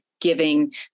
giving